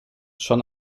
schon